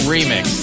Remix